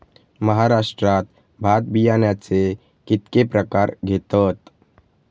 महाराष्ट्रात भात बियाण्याचे कीतके प्रकार घेतत?